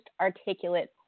articulate